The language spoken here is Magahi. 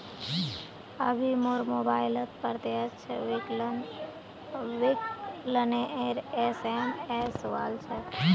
अभी मोर मोबाइलत प्रत्यक्ष विकलनेर एस.एम.एस वल छ